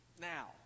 now